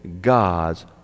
God's